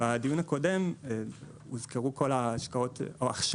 בדיון הקודם הוזכרו כל ההכשרות